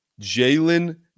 Jalen